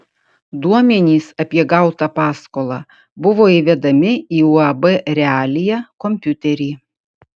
duomenys apie gautą paskolą buvo įvedami į uab realija kompiuterį